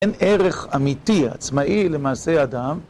אין ערך אמיתי עצמאי למעשי אדם.